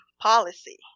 policy